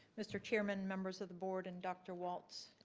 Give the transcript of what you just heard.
mr. chairman, members of the board and dr. walts.